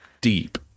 deep